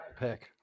pick